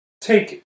take